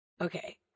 Okay